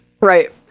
Right